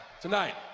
tonight